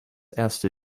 erste